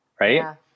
Right